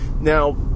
Now